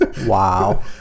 Wow